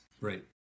Right